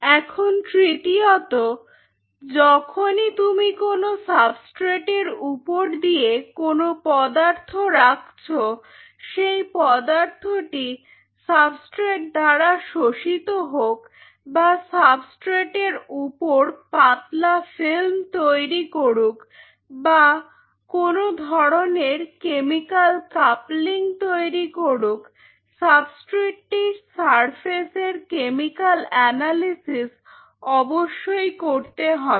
এখন তৃতীয়তঃ যখনই তুমি কোনো সাবস্ট্রেট এর উপর কোনো পদার্থ রাখছো সেই পদার্থটি সাবস্ট্রেট দ্বারা শোষিত হোক বা সাবস্ট্রেট এর উপর পাতলা ফিল্ম তৈরি করুক বা কোন ধরনের কেমিক্যাল কাপলিং তৈরি করুক সাবস্ট্রেটটির সারফেসের কেমিকাল অ্যানালিসিস অবশ্যই করতে হবে